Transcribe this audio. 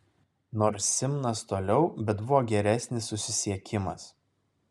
nors simnas toliau bet buvo geresnis susisiekimas